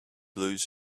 lose